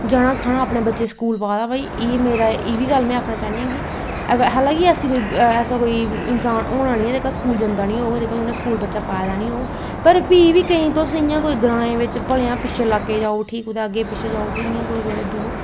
जना खना बच्चे गी स्कूल पा दा में एह् बी आक्खना चाह्नी आं कि हालांकि ऐसा कोई इंसान होना कि ऐ जेह्ड़ा स्कूल जंदा नी होग जेह्का उनैं स्कूल बच्चा पाए दा नी होग पर फ्ही बी ग्राएं बिच्च पिथें इलाकें गी जाओ उयी कोई बड़े दूर